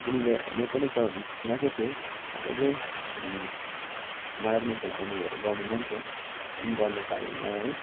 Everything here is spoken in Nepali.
म पनि गा म पनि त गएको थिएँ र त्यो चाहिँ मलाई पनि एकताल अनुभव गर्नु मन थियो तर पनि गर्नु पाइनँ है